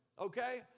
okay